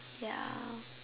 ya